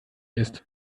ist